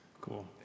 Cool